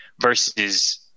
versus